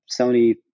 Sony